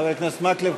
חבר הכנסת מקלב,